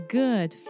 good